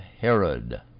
Herod